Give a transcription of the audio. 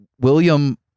William